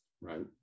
Right